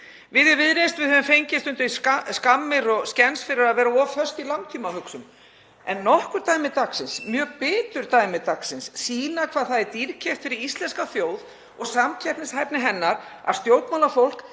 Við í Viðreisn höfum stundum fengið skammir og skens fyrir að vera of föst í langtímahugsun en nokkur dæmi dagsins, mjög bitur dæmi dagsins, sýna hvað það er dýrkeypt fyrir íslenska þjóð og samkeppnishæfni hennar að stjórnmálafólk